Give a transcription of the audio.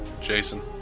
Jason